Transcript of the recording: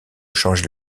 changer